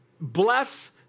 bless